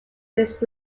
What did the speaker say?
his